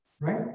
right